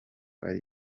ari